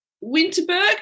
Winterberg